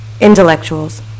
intellectuals